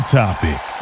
topic